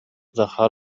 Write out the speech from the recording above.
захар